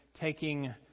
taking